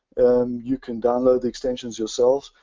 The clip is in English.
you can download the extensions yourselves.